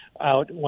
out